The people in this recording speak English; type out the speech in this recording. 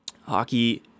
Hockey